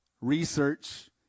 research